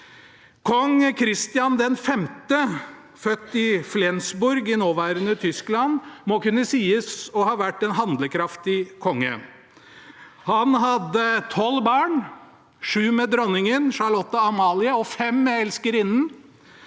Kong Christian V, født i Flensburg i nåværende Tyskland, må kunne sies å ha vært en handlekraftig konge. Han hadde tolv barn – sju med dronningen, Charlotte Amalie, og fem med elskerinnen.